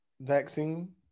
vaccine